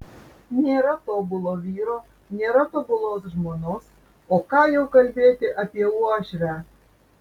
nėra tobulo vyro nėra tobulos žmonos o ką jau kalbėti apie uošvę